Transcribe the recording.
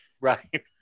Right